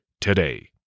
today